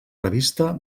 revista